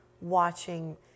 Watching